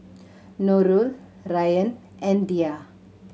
Nurul Ryan and Dhia